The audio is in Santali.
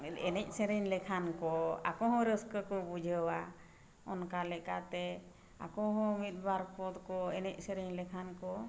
ᱮᱱᱮᱡ ᱥᱮᱨᱮᱧ ᱞᱮᱠᱷᱟᱱ ᱠᱚ ᱟᱠᱚ ᱦᱚᱸ ᱨᱟᱹᱥᱠᱟᱹ ᱠᱚ ᱵᱩᱡᱷᱟᱹᱣᱟ ᱚᱱᱠᱟ ᱞᱮᱠᱟᱛᱮ ᱟᱠᱚ ᱦᱚᱸ ᱢᱤᱫ ᱵᱟᱨ ᱠᱷᱚᱸᱫ ᱠᱚ ᱮᱱᱮᱡ ᱥᱮᱨᱮᱧ ᱞᱮᱠᱷᱟᱱ ᱠᱚ